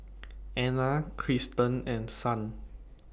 Anna Kristan and Son